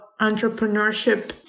entrepreneurship